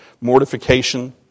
Mortification